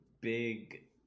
big